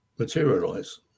Materialize